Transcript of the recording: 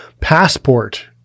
passport